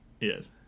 Yes